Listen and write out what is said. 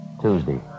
Tuesday